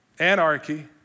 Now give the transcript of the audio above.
Anarchy